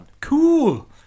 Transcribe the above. Cool